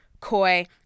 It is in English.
Coy